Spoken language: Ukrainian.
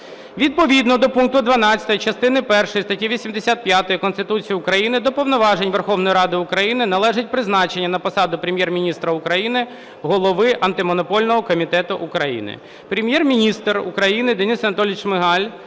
Відповідно до пункту 12 частини першої статті 85 Конституції України до повноважень Верховної Ради України належить призначення на посаду Прем'єр-міністра України, Голови Антимонопольного комітету України.